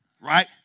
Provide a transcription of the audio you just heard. Right